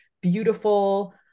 beautiful